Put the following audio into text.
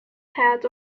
head